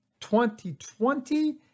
2020